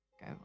Go